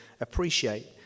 appreciate